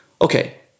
okay